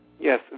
Yes